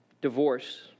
Divorce